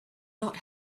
not